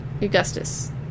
Augustus